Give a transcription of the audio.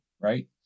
Right